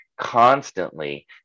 constantly